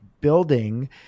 building